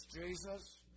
Jesus